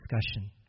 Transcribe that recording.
discussion